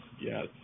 Yes